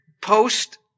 post